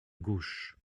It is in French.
gauche